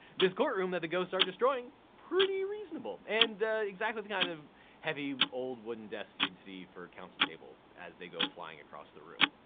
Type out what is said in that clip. this courtroom that the ghosts are destroying pretty reasonable. and exactly the kind of heavy, old wooden desks you'd see for a counsel table as they go flying across the room.